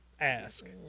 ask